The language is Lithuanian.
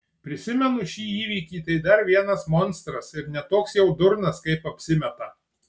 prisimenu šį įvykį tai dar vienas monstras ir ne toks jau durnas kaip apsimeta